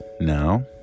now